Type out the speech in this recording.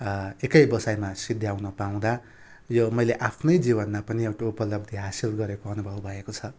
एकै बसाइमा सिद्ध्याउन पाउँदा यो मैले आफ्नै जीवनमा पनि एउटा उपलब्धि हासिल गरेको अनुभव भएको छ